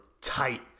tight